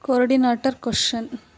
coordinator question